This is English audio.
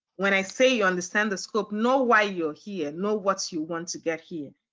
when i say you understand the scope, know why you're here and know what you want to get here.